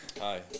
Hi